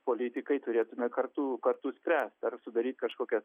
politikai turėtume kartu kartu spręst ar sudaryt kažkokias